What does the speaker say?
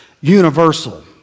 universal